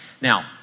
Now